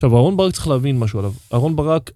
עכשיו אהרן ברק צריך להבין משהו עליו, אהרן ברק